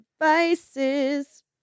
devices